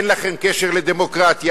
אין לכם קשר לדמוקרטיה,